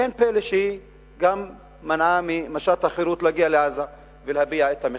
אין פלא שהיא גם מנעה ממשט החירות להגיע לעזה ולהביע את המחאה.